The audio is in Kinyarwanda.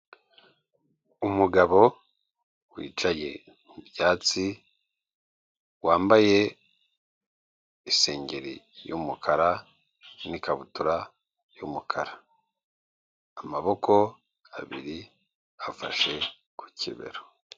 Umugabo wicaye mu byatsi, wambaye isengeri y'umukara n'ikabutura y'umukara, amaboko abiri afashe ku kibero.